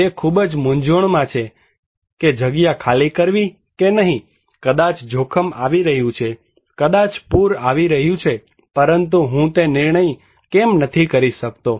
તે ખૂબ જ મૂંઝવણમાં છે કે જગ્યા ખાલી કરવી કે નહીં કદાચ જોખમ આવી રહ્યું છે કદાચ પૂર આવી રહ્યું છે પરંતુ હું તે નિર્ણય કેમ નથી કરી શકતો